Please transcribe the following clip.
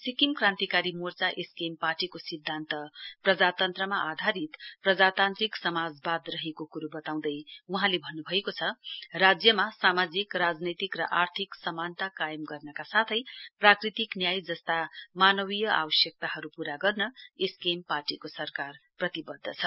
Sikkim Krantikari Morcha SKM पार्टीको सिध्दान्त प्रजातन्त्रमा आधारित प्रजातान्त्रिक समाजवाद रहेको कुरो वताउँदै वहाँले भन्नभएको छ राज्यमा सामाजिक राजनैतिक र आर्थिक समानता कायम गर्नका साथै प्राकृतिक न्याय जस्ता मानवीय आवश्यकताहरु पूरा गर्न एसकेएम पार्टीको सरकार प्रतिवध्द छ